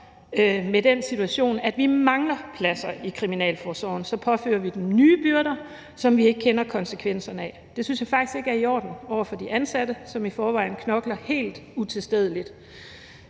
på den situation, at vi mangler pladser i kriminalforsorgen, så påfører vi dem nye byrder, som vi ikke kender konsekvenserne af. Det synes jeg faktisk ikke er i orden over for de ansatte, som i forvejen knokler helt utilstedelig